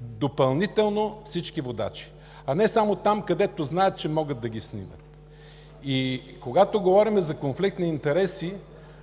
допълнително всички водачи, а не само там, където знаят, че могат да ги снимат. Когато говорим за конфликт на интереси,